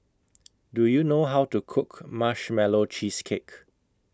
Do YOU know How to Cook Marshmallow Cheesecake